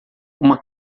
uma